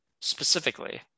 specifically